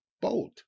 boat